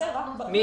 שחונה